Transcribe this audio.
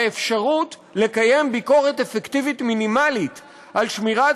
"האפשרות לקיים ביקורת אפקטיבית מינימלית על שמירת